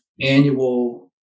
annual